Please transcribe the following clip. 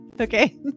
Okay